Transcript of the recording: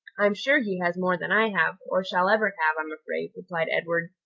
i'm sure he has more than i have, or shall ever have, i'm afraid, replied edward.